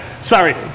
sorry